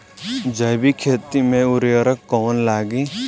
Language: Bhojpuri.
जैविक खेती मे उर्वरक कौन लागी?